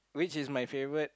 which is my favourite